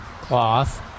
cloth